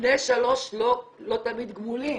בני 3 לא תמיד גמולים.